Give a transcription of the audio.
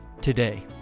today